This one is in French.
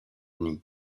denis